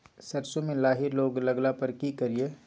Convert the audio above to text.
सरसो मे लाही रोग लगला पर की करिये?